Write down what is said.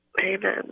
Amen